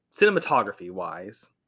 cinematography-wise